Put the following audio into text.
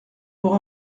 pour